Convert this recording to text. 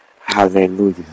Hallelujah